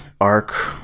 arc